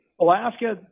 Alaska